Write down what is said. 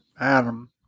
Adam